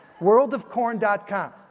Worldofcorn.com